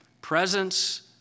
Presence